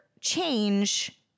change